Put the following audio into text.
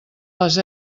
les